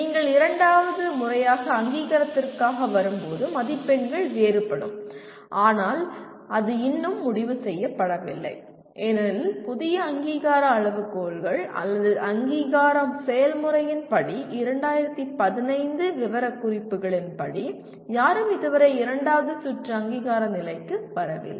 நீங்கள் இரண்டாவது முறையாக அங்கீகாரத்திற்காக வரும்போது மதிப்பெண்கள் வேறுபடும் ஆனால் அது இன்னும் முடிவு செய்யப்படவில்லை ஏனெனில் புதிய அங்கீகார அளவுகோல்கள் அல்லது அங்கீகார செயல்முறையின் படி 2015 விவரக்குறிப்புகளின்படி யாரும் இதுவரை இரண்டாவது சுற்று அங்கீகார நிலைக்கு வரவில்லை